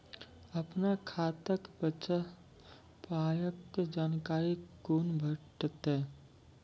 अपन खाताक बचल पायक जानकारी कूना भेटतै?